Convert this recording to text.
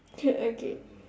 okay